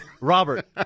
Robert